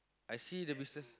I see the business